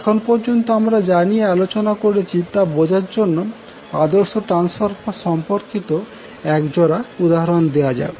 এখন পর্যন্ত আমরা যা নিয়ে আলোচনা করেছি তা বোঝার জন্য আদর্শ ট্রান্সফরমার সম্পর্কিত একজোড়া উদাহরণ দেওয়া যাক